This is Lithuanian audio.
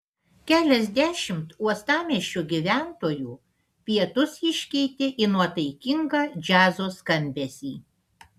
keliasdešimt uostamiesčio gyventojų pietus iškeitė į nuotaikingą džiazo skambesį